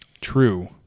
True